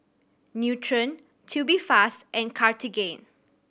Nutren Tubifast and Cartigain